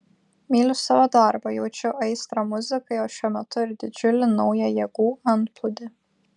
myliu savo darbą jaučiu aistrą muzikai o šiuo metu ir didžiulį naują jėgų antplūdį